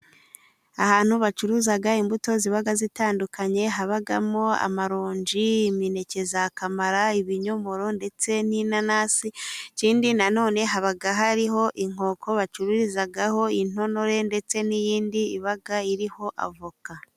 Ahantu bacuruza imbuto ziba zitandukanye, habamo amaronji, imineke ya kamara, ibinyomoro ndetse n'inanasi, ikindi nanone haba hariho inkoko bacururizaho intonore, ndetse n'indi iba iriho avoka.